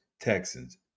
Texans